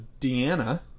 Deanna